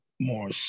more